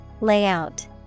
Layout